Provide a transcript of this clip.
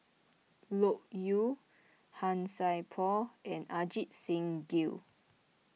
Loke Yew Han Sai Por and Ajit Singh Gill